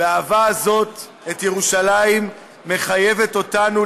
האהבה הזאת את ירושלים מחייבת אותנו